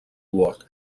word